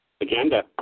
agenda